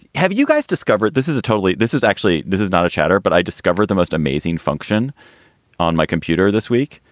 have you guys discovered this is a totally. this is actually this is not a chatter. but i discovered the most amazing function on my computer this week.